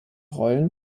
rollen